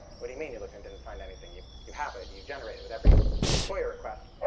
what do you mean you looked and didn't find anything? you you have it. you generate it with every foia request.